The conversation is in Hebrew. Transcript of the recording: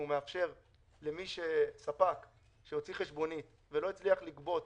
הוא מאפשר לספק שהוציא חשבונית ולא הצליח לגבות